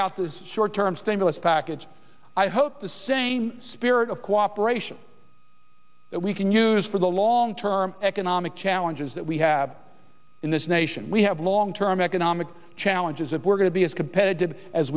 out those short term stimulus package i hope the same spirit of cooperation that we can use for the long term economic challenges that we have in this nation we have long term economic challenges of we're going to be as competitive as